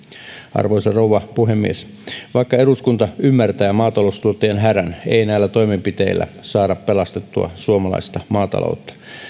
arvoisa rouva puhemies vaikka eduskunta ymmärtää maataloustuottajan hädän ei näillä toimenpiteillä saada pelastettua suomalaista maataloutta